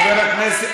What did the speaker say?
נמצאת, אבל אני מוותרת.